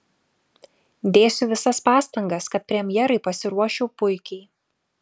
dėsiu visas pastangas kad premjerai pasiruoščiau puikiai